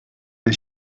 the